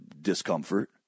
discomfort